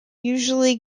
usually